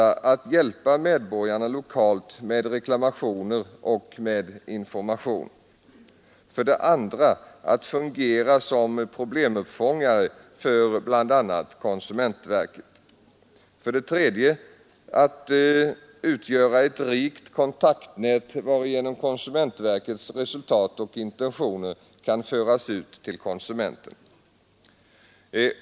Att hjälpa medborgarna lokalt med reklamationer och information. 2. Att fungera som problemuppfångare för bl.a. konsumentverket. 3. Att utgöra ett rikt kontaktnät, varigenom konsumentverkets resultat och intentioner kan föras ut till konsumenten.